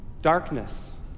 Darkness